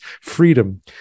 freedom